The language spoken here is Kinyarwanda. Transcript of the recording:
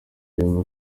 yumva